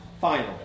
final